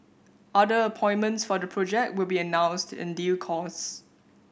other appointments for the project will be announced in due course